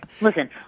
Listen